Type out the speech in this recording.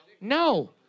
No